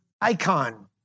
icon